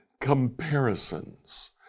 comparisons